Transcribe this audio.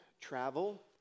travel